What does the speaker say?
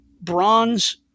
bronze